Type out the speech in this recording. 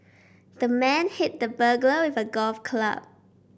the man hit the burglar with a golf club